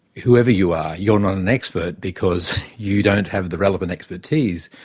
whoever you are, you're not an expert because you don't have the relevant expertise.